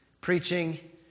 preaching